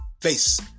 face